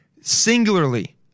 singularly